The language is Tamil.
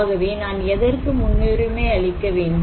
ஆகவே நான் எதற்கு முன்னுரிமை அளிக்க வேண்டும்